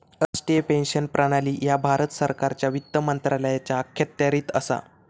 राष्ट्रीय पेन्शन प्रणाली ह्या भारत सरकारच्या वित्त मंत्रालयाच्या अखत्यारीत असा